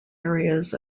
areas